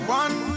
one